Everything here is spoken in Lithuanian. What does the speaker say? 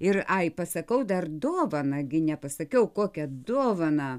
ir ai pasakau dar dovaną gi nepasakiau kokią dovaną